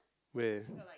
where